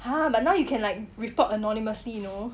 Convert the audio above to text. !huh! but now you can like report anonymously you know